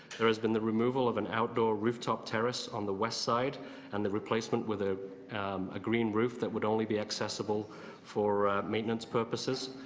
there has been the removal of an outdoor rooftop terrace on the west side and the replacement with ah um a green roof that would only be accessible for maintenance purposes.